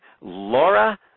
Laura